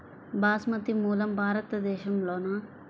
బాస్మతి మూలం భారతదేశంలోనా?